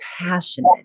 passionate